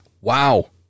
wow